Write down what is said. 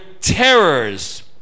terrors